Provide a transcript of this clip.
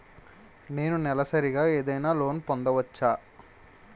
నేను నెలసరిగా ఏదైనా లోన్ పొందవచ్చా?